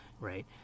right